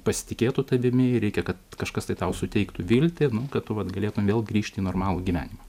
pasitikėtų tavimi reikia kad kažkas tai tau suteiktų viltį kad tu vat galėtum vėl grįžti į normalų gyvenimą